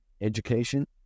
education